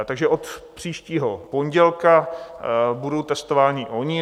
Takže od příštího pondělka budou testováni i oni.